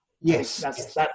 Yes